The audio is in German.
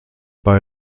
bei